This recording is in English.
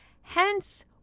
Hence